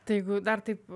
ta jeigu dar taip